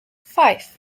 five